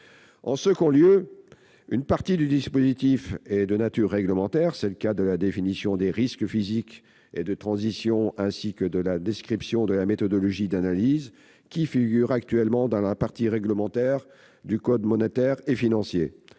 En second lieu, une partie du dispositif est de nature réglementaire : c'est le cas de la définition des risques physiques et de transition ainsi que de la description de la méthodologie d'analyse, qui figurent actuellement dans la partie réglementaire du code monétaire et financier.